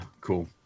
Cool